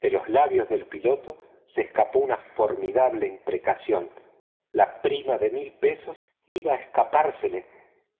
de los labios del piloto se escapó una formidable imprecación la prima de doscientas libras iba a escapársele